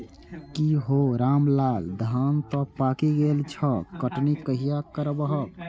की हौ रामलाल, धान तं पाकि गेल छह, कटनी कहिया करबहक?